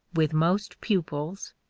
with most pupils,